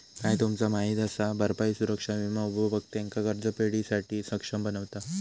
काय तुमचा माहित असा? भरपाई सुरक्षा विमा उपभोक्त्यांका कर्जफेडीसाठी सक्षम बनवता